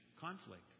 conflict